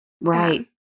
right